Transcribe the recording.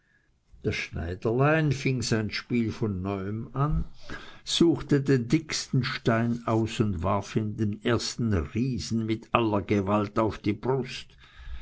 das schneiderlein fing sein spiel von neuem an suchte den dicksten stein aus und warf ihn dem erstenriesen mit aller gewalt auf die brust